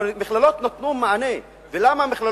המכללות נתנו מענה, ולמה?